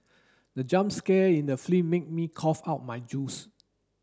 the jump scare in the film made me cough out my juice